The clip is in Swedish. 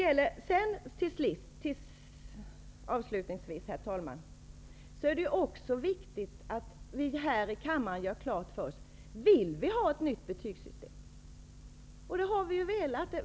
Avslutningsvis vill jag säga, herr talman, att det också är viktigt att vi här i kammaren gör klart för oss om vi vill ha ett nytt betygssystem. Det har vi ju velat.